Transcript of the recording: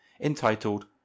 entitled